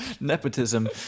Nepotism